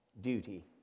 duty